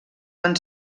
van